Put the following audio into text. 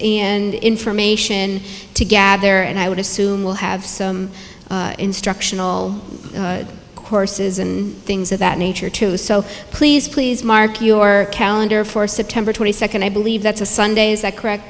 and information to gather and i would assume we'll have instructional courses and things of that nature please please mark your calendar for september twenty second i believe that's a sunday is that correct